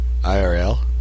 IRL